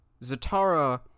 Zatara